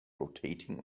rotating